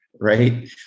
right